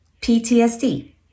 PTSD